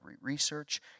research